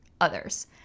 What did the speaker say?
others